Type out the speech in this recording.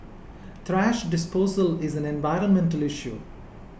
thrash disposal is an environmental issue